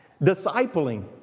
discipling